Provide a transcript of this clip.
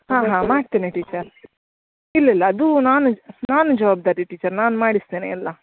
ಹಾಂ ಹಾಂ ಮಾಡ್ತೇನೆ ಟೀಚರ್ ಇಲ್ಲ ಇಲ್ಲ ಅದು ನಾನು ನಾನು ಜವಾಬ್ದಾರಿ ಟೀಚರ್ ನಾನು ಮಾಡಿಸ್ತೇನೆ ಎಲ್ಲ